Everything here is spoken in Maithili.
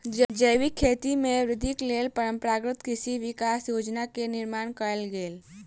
जैविक खेती में वृद्धिक लेल परंपरागत कृषि विकास योजना के निर्माण कयल गेल